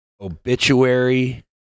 obituary